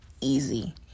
easy